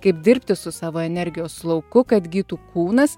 kaip dirbti su savo energijos lauku kad gytų kūnas